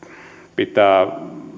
pitää